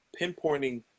pinpointing